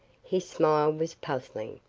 his smile was puzzling.